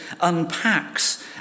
unpacks